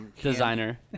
Designer